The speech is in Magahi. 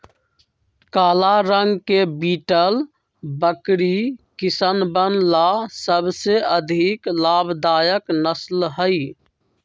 काला रंग के बीटल बकरी किसनवन ला सबसे अधिक लाभदायक नस्ल हई